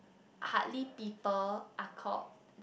hardly people are called